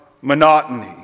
monotony